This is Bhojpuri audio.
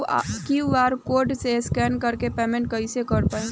क्यू.आर कोड से स्कैन कर के पेमेंट कइसे कर पाएम?